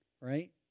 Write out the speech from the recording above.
Right